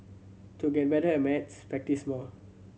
to get better at maths practise more